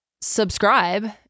subscribe